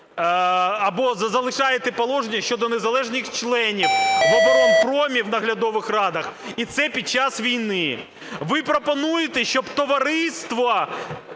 або залишаєте положення щодо незалежних членів в оборонпромі в наглядових радах і це під час війни. Ви пропонуєте, щоб товариство